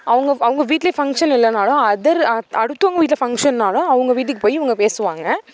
அவங்க அவங்க வீட்டிலையே ஃபங்க்ஷன் இல்லைனாலும் அதர் அத் அடுத்தவங்க வீட்டில ஃபங்க்ஷன்னாலும் அவங்க வீட்டுக்கு போய் இவங்க பேசுவாங்க